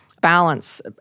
balance